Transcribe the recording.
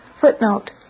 Footnote